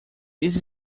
this